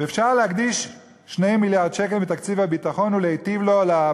ואפשר להקדיש 2 מיליארד שקל מתקציב הביטחון ולהיטיב עמו,